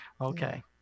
Okay